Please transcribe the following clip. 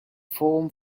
foam